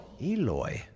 Eloy